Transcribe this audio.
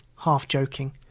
half-joking